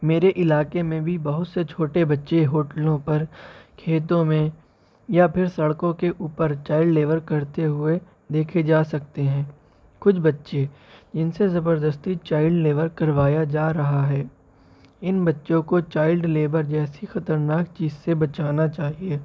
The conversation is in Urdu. میرے علاقے میں بھی بہت سے چھوٹے بچے ہوٹلوں پر کھیتوں میں یا پھر سڑکوں کے اوپر چائلڈ لیبر کرتے ہوئے دیکھے جا سکتے ہیں کچھ بچے جن سے زبردستی چائلڈ لیبر کروایا جا رہا ہے ان بچوں کو چائلڈ لیبر جیسی خطرناک چیز سے بچانا چاہیے